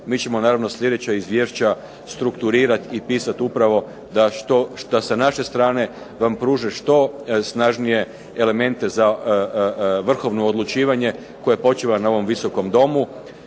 Mi ćemo naravno slijedeća izvješća strukturirati i pisati upravo da sa naše strane vam pruže što snažnije elemente za vrhovno odlučivanje koje počiva na ovom Visokom domu.